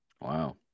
Wow